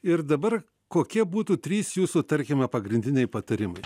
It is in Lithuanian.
ir dabar kokie būtų trys jūsų tarkime pagrindiniai patarimai